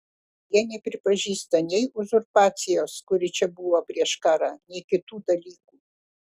jie nepripažįsta nei uzurpacijos kuri čia buvo prieš karą nei kitų dalykų